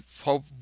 hope